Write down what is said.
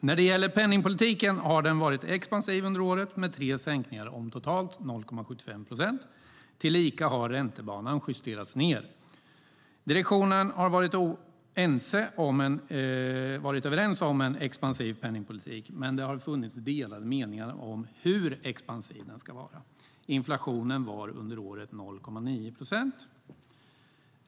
När det gäller penningpolitiken har den varit expansiv under året med tre sänkningar om totalt 0,75 procent, och tillika har räntebanan justerats ned. Direktionen har varit överens om en expansiv penningpolitik, men det har funnits delade meningar om hur expansiv den ska vara. Inflationen var under året 0,9 procent.